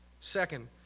Second